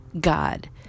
God